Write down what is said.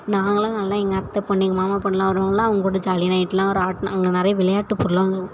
நாங்கள்லாம் நல்லா எங்கள் அத்தை பொண்ணு எங்கள் மாமா பொண்ணுலாம் வருவாங்களா அவங்க கூட ஜாலியாக நைட்டுலாம் ராட்னம் அங்கே நிறைய விளையாட்டு பொருள்லாம் வந்திருக்கும்